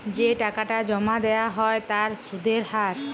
যে টাকাটা জমা দেয়া হ্য় তার সুধের হার